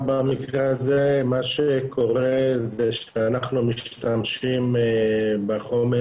במקרה הזה מה שקורה זה שאנחנו משתמשים בחומר